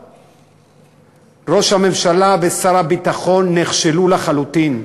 ראש הממשלה ושר הביטחון נכשלו לחלוטין.